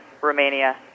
Romania